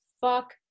fuck